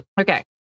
Okay